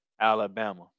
Alabama